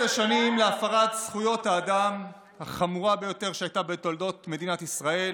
18 שנים להפרת זכויות האדם החמורה ביותר שהייתה בתולדות מדינת ישראל,